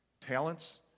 talents